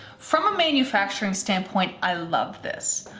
from a manufacturing standpoint, i love this.